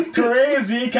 crazy